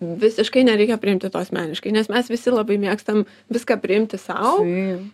visiškai nereikia priimti to asmeniškai nes mes visi labai mėgstam viską priimti sau